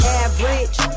average